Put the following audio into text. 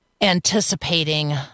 anticipating